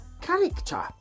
character